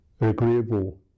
agreeable